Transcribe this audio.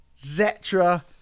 Zetra